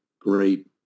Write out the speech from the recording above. great